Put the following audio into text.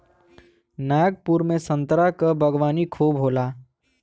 नागपुर में संतरा क बागवानी खूब होला